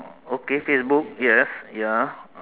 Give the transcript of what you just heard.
okay Facebook yes ya